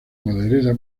maderera